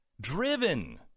driven